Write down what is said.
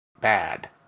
bad